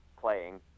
playing